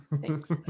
Thanks